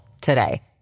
today